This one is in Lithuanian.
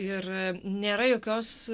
ir nėra jokios